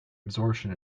absorption